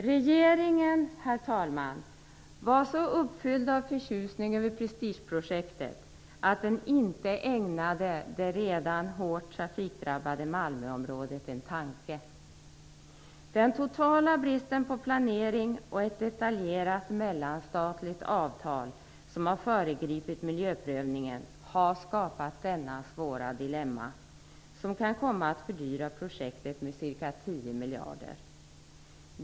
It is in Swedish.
Regeringen, herr talman, var så uppfylld av förtjusning över det här prestigeprojektet att den inte ägnade det redan hårt trafikdrabbade Malmöområdet en tanke. Den totala bristen på planering tillsammans med ett detaljerat mellanstatligt avtal som har föregripit miljöprövningen har skapat detta svåra dilemma, som kan komma att fördyra projektet med ca 10 miljarder.